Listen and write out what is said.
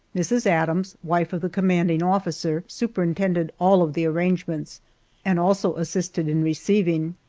mrs. adams, wife of the commanding officer, superintended all of the arrangements and also assisted in receiving.